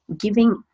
giving